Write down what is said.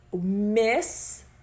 miss